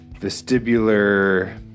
vestibular